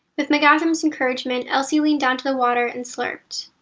with mgathrims encouragement, elsie leaned down to the water and slurped.